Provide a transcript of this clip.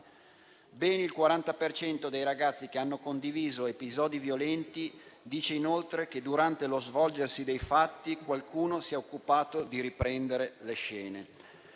per cento dei ragazzi che hanno condiviso episodi violenti dice inoltre che durante lo svolgersi dei fatti qualcuno si è occupato di riprendere le scene.